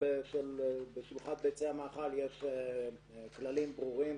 בשלוחת ביצי המאכל יש כללים ברורים,